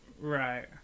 Right